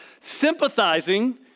sympathizing